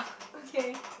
okay